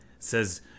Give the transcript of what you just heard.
says